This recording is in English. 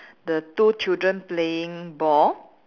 the two children playing ball